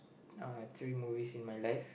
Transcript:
uh three movies in my life